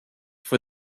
for